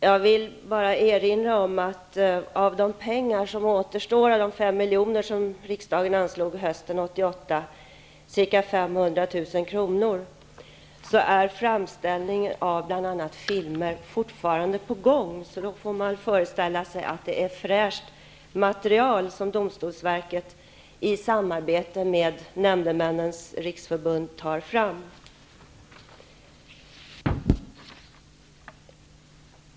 Herr talman! Jag vill bara erinra om att med hjälp av de pengar som återstår av de 5 miljoner som riksdagen anslog hösten 1988, ca 500 000 kr., är framställningen av bl.a. filmer fortfarande i gång. Man får föreställa sig att det är ett fräscht material som domstolsverket i samarbete med Nämndemännens Riksförbund tar fram.